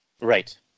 Right